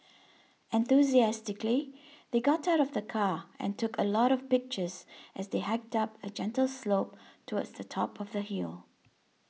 enthusiastically they got out of the car and took a lot of pictures as they hiked up a gentle slope towards the top of the hill